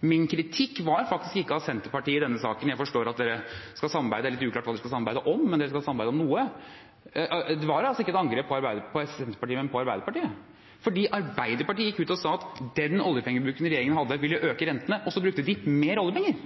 Min kritikk var faktisk ikke av Senterpartiet i denne saken, men Arbeiderpartiet. Jeg forstår at dere skal samarbeide, det er litt uklart hva dere skal samarbeide om, men dere skal samarbeide om noe. Det var altså ikke et angrep på Senterpartiet, men på Arbeiderpartiet, fordi Arbeiderpartiet gikk ut og sa at den oljepengebruken regjeringen hadde, ville øke rentene – og så brukte de mer oljepenger.